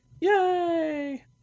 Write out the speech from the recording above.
Yay